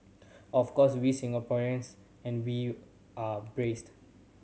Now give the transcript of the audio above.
of course we Singaporeans and we are brassed